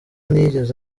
ntiyigeze